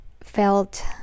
felt